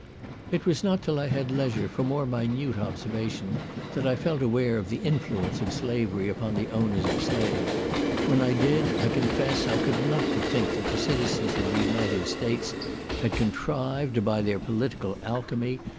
it was not till i had leisure for more minute observation that i felt aware of the influence of slavery upon the owners of slaves when i did, i confess i could not but think that the citizens of the united states had contrived, by their political alchymy,